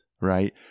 Right